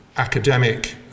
academic